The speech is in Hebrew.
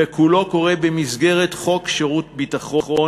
וכולו קורה במסגרת חוק שירות ביטחון,